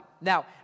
Now